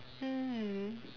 mm